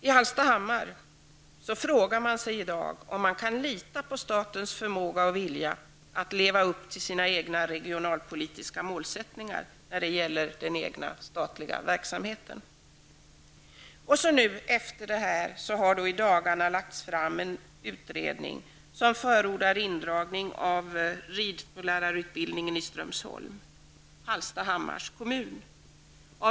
I Hallstahammar frågar människor i dag om de kan lita på statens förmåga och vilja att leva upp till egna regionalpolitiska målsättningar när det gäller den egna statliga verksamheten. Efter allt som har hänt har nu i dagarna en utredning presenterats, där en indragning av ridskollärarutbildningen i Strömsholm i Hallstahammars kommun förordas.